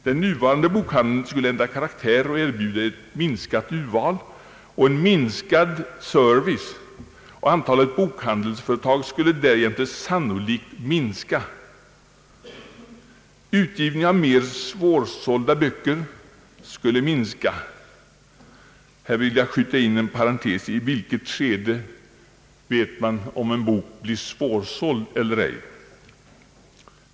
Den nuvarande bokhandeln skulle ändra karaktär och erbjuda ett minskat urval och en minskad service, och antalet bokhandelsföretag skulle därjämte sannolikt minska. Utgivningen av mer svårsålda böcker skulle minska.» Jag vill här skjuta in en parentes och fråga: I vilket skede vet man om en bok blir svårsåld eller ej?